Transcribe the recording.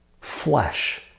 flesh